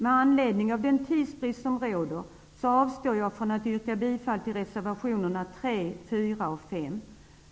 Med anledning av den tidsbrist som råder avstår jag från att yrka bifall till reservationerna 3, 4 och 5.